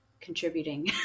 contributing